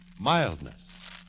mildness